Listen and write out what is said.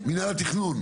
מינהל התכנון.